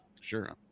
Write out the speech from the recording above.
Sure